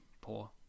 poor